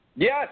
Yes